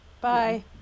Bye